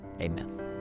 Amen